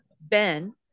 ben